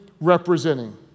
representing